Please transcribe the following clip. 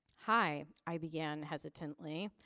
hi, i began hesitantly.